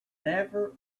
never